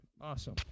Awesome